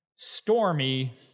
stormy